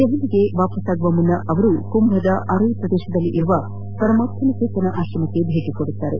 ದೆಹಲಿಗೆ ವಾಪಸ್ ಆಗುವ ಮುನ್ನ ಅವರು ಕುಂಭದ ಅರೈ ಪ್ರದೇಶದಲ್ಲಿರುವ ಪರಮಾರ್ಥ ನಿಕೇತನಾ ಆಶ್ರಮಕ್ಕೆ ಭೇಟಿ ನೀಡಲಿದ್ದಾರೆ